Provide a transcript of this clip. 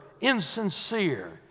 insincere